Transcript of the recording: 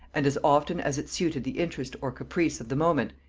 and as often as it suited the interest or caprice of the moment,